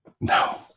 No